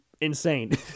insane